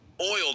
oil